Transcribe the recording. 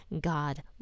God